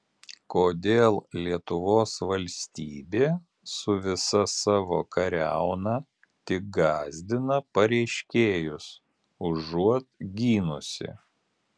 kodėl lietuvos valstybė su visa savo kariauna tik gąsdina pareiškėjus užuot gynusi